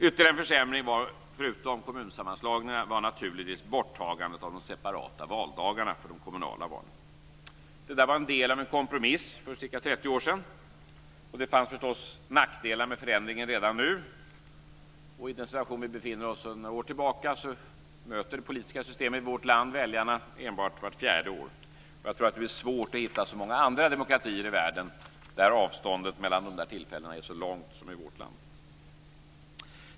Ytterligare en försämring, förutom kommunsammanslagningarna, var naturligtvis borttagandet av de separata valdagarna för de kommunala valen. Det var en del av en kompromiss för ca 30 år sedan, och det fanns nackdelar med förändringen. I den situation som vi befinner oss i sedan några år tillbaka möter det politiska systemet i vårt land väljarna enbart vart fjärde år. Jag tror att det blir svårt att hitta så många andra demokratier i världen där avståndet mellan de tillfällena är så långt som i vårt land.